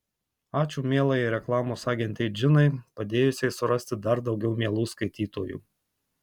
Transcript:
ačiū mielajai reklamos agentei džinai padėjusiai surasti dar daugiau mielų skaitytojų